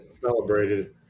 Celebrated